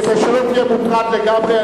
כדי שלא תהיה מוטרד לגמרי,